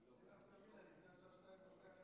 זה חוק קלאסי של כבוד